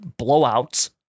blowouts